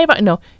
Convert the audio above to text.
no